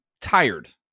tired